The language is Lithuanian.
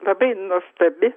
labai nuostabi